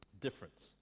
Difference